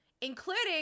including